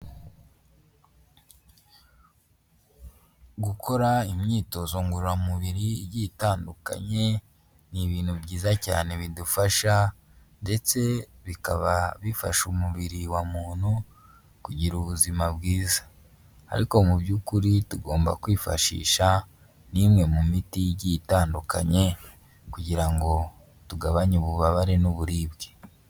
Gukora imyitozo ngororamubiri igiye itandukanye, ni ibintu byiza cyane bidufasha ndetse bikaba bifasha umubiri wa muntu kugira ubuzima bwiza. Ariko mu by'ukuri tugomba kwifashisha n'imwe mu miti igiye itandukanye kugira ngo tugabanye ububabare n'uburibwe.